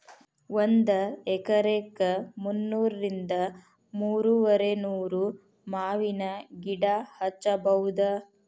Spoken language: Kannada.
ಒಂದ ಎಕರೆಕ ಮುನ್ನೂರಿಂದ ಮೂರುವರಿನೂರ ಮಾವಿನ ಗಿಡಾ ಹಚ್ಚಬೌದ